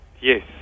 yes